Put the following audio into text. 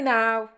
now